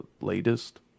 latest